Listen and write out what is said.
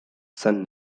son